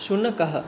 शुनकः